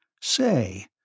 Say